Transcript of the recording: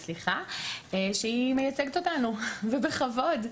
שהיא מייצגת אותנו ובכבוד.